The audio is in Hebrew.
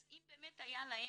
אם באמת היה להם,